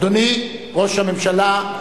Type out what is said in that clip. אדוני ראש הממשלה,